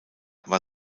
war